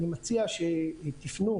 שתפנו,